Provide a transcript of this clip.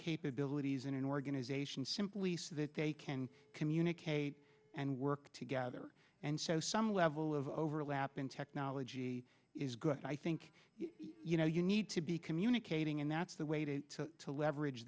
capabilities in an organization simply so that they can communicate and work together and show some level of overlap in technology is good and i think you know you need to be communicating and that's the way to to leverage